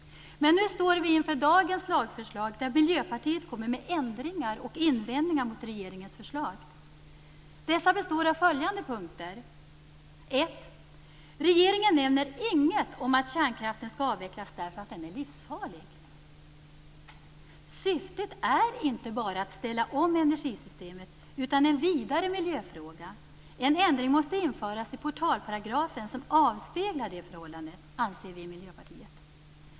Men nu står vi inför dagens lagförslag, där Miljöpartiet kommer med ändringar och invändningar mot regeringens förslag. Dessa består av följande punkter: 1. Regeringen nämner inget om att kärnkraften skall avvecklas därför att den är livsfarlig. Syftet är inte bara att ställa om energisystemet, utan en vidare miljöfråga. En ändring måste införas i portalparagrafen som avspeglar det förhållandet, anser vi i Miljöpartiet.